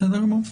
בסדר גמור.